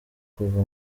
kuva